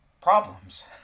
problems